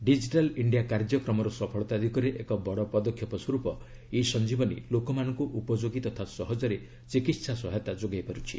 digital India କାର୍ଯ୍ୟକ୍ରମର ସଫଳତା ଦିଗରେ ଏକ ବଡ଼ ପଦକ୍ଷେପ ସ୍ୱର୍ପ ଇ ସଞ୍ଜିବନୀ ଲୋକମାନଙ୍କ ଉପଯୋଗୀ ତଥା ସହଜରେ ଚିକିତ୍ସା ସହାୟତା ଯୋଗାଇ ପାର୍ଚ୍ଛି